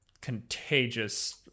contagious